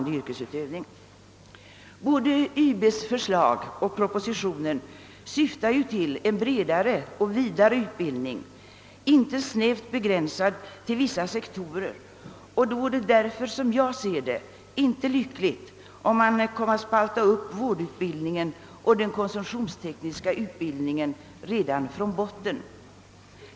Både <yrkesutbildningsberedningens förslag och propositionen syftar till en bredare och vidare utbildning, inte snävt begränsad till vissa sektorer. Som jag ser saken är det därför inte lyckligt, om man spaltar upp vårdutbildningen och den konsumtionstekniska utbildningen redan från botten.